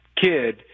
kid